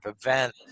event